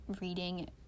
reading